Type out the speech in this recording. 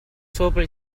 sopra